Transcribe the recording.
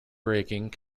breaking